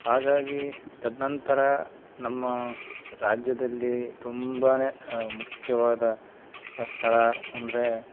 ಹಾಗಾಗಿ ತದ್ನಂತರ ನಮ್ಮ ರಾಜ್ಯದಲ್ಲೀ ತುಂಬಾ ಮುಖ್ಯವಾದ ಸ್ಥಳ ಅಂದರೆ